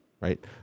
right